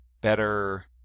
better